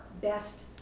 best